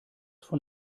von